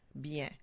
bien